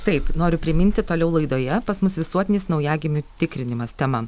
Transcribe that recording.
taip noriu priminti toliau laidoje pas mus visuotinis naujagimių tikrinimas tema